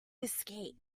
escape